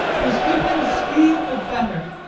the swifter speed the better.